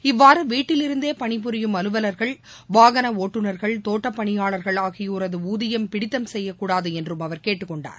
இவ்வாறு வீட்டிலிருந்தே பணிபுரியும் அலுவலர்கள் வாகன பணியாளர்கள் ஆகியோரது ஊதியம் பிடித்தம் செய்யக் கூடாது என்றும் அவர் கேட்டுக்கொண்டார்